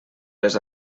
les